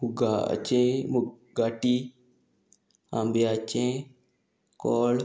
मुगाचें मुगाटी आंब्याचें कोळ